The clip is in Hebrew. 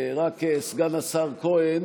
סגן השר כהן,